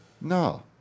No